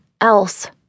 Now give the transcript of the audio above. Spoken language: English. else